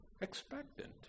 expectant